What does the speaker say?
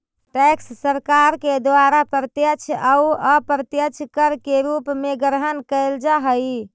tax सरकार के द्वारा प्रत्यक्ष अउ अप्रत्यक्ष कर के रूप में ग्रहण कैल जा हई